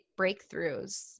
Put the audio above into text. breakthroughs